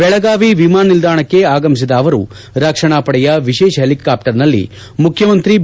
ಬೆಳಗಾವಿ ವಿಮಾನ ನಿಲ್ದಾಣಕ್ಕೆ ಆಗಮಿಸಿದ ರಕ್ಷಣಾ ಪಡೆಯ ವಿಶೇಷ ಹೆಲಿಕ್ಟಾಪ್ಸರ್ನಲ್ಲಿ ಮುಖ್ಯಮಂತ್ರಿ ಬಿ